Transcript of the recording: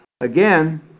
Again